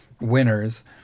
winners